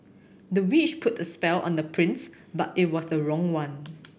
the witch put a spell on the prince but it was the wrong one